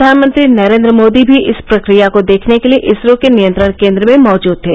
प्रधानमंत्री नरेन्द्र मोदी भी इस प्रक्रिया को देखने के लिए इसरो के नियंत्रण केन्द्र में मौजूद थे